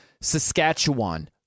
Saskatchewan